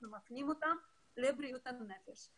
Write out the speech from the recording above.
אנחנו מפנים אותם לבריאות הנפש.